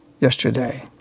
yesterday